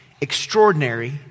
Extraordinary